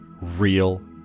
real